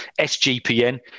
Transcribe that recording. SGPN